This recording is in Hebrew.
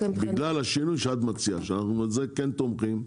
בגלל השינוי שאת מציעה ואנחנו תומכים בו.